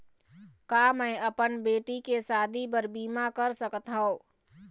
का मैं अपन बेटी के शादी बर बीमा कर सकत हव?